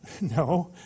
No